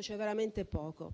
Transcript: c'è veramente poco.